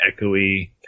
echoey